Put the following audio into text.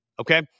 Okay